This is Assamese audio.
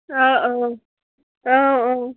অঁ অঁ অঁ অঁ